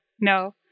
No